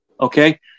okay